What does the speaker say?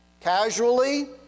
casually